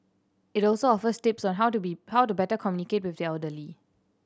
it also offers tips on how to be how to better communicate with the elderly